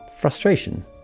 frustration